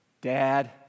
dad